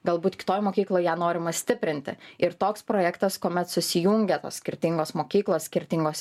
galbūt kitoj mokykloj ją norima stiprinti ir toks projektas kuomet susijungia tos skirtingos mokyklos skirtingos